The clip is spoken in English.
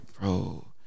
bro